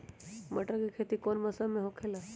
मटर के खेती कौन मौसम में होखेला?